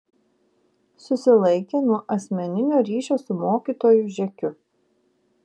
susilaikė nuo asmeninio ryšio su mokytoju žekiu